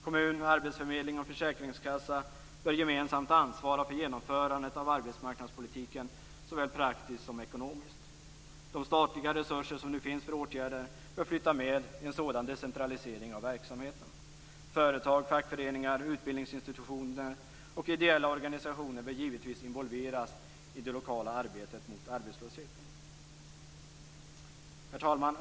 Kommun, arbetsförmedling och försäkringskassa bör gemensamt ansvara för genomförandet av arbetsmarknadspolitiken såväl praktiskt som ekonomiskt. De statliga resurser som nu finns för åtgärder bör flytta med i en sådan decentralisering av verksamheten. Företag, fackföreningar, utbildningsinstitutioner och ideella organisationer bör givetvis involveras i det lokala arbetet mot arbetslösheten. Herr talman!